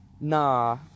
Nah